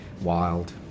Wild